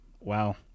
wow